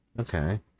okay